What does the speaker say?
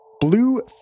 Blue